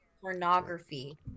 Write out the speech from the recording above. pornography